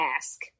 ask